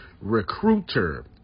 Recruiter